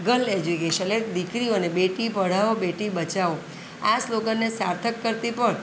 girl education એટલે દીકરીઓને બેટીઓને બેટી પઢાઓ બેટી બચાવો આ સ્લોગનને સાર્થક કરતી પણ